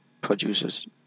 producers